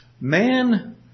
Man